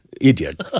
idiot